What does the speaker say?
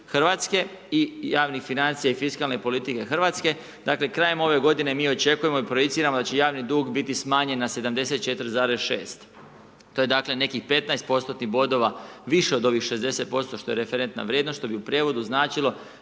Hrvatske i javnih financija i fiskalnih politike Hrvatske. Dakle krajem ove g. mi očekujemo i projiciramo da će javni dug biti smanjen na 74,6. To je dakle nekih 15% bodova više od ovih 60% što je referentna vrijednost, što bi u prijevodu značilo